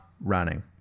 running